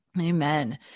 Amen